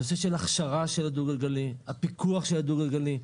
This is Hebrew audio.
נושא של הכשרה של הדו גלגלי, הפיקוח של הדו גלגלי.